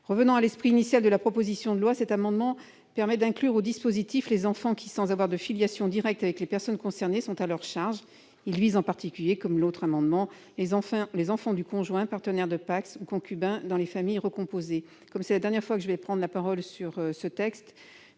Revenant à l'esprit initial de la proposition de loi, cet amendement permet d'inclure au dispositif les enfants qui, sans avoir de filiation directe avec les personnes concernées, sont à leur charge. Il vise en particulier, comme précédemment, les enfants du conjoint, partenaire de PACS ou concubin dans les familles recomposées. Comme c'est la dernière fois que je prends la parole sur ce texte,